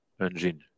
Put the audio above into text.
engine